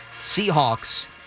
Seahawks